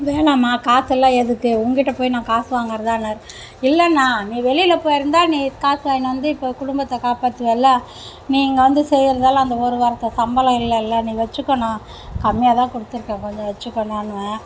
வேணாம்மா காசெல்லாம் எதுக்கு உன்கிட்டே போய் நான் காசு வாங்குகிறதான்னாரு இல்லைன்னா நீ வெளியில் போய்ருந்தா நீ காசு வாங்கிகிட்டு வந்து இப்போது குடும்பத்தை காப்பாத்துவல்ல நீ இங்கே வந்து செய்கிறதால அந்த ஒரு வாரத்து சம்பளம் இல்லைல நீ வச்சிக்கோண்ணா கம்மியாகதான் கொடுத்துருக்கேன் கொஞ்சம் வச்சுக்கோண்ணான்னுவேன்